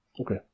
Okay